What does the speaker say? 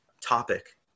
topic